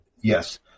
Yes